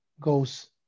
goes